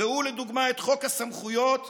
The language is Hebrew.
ראו לדוגמה את חוק הסמכויות המיוחדות,